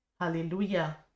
Hallelujah